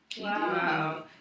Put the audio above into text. Wow